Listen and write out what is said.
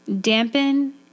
dampen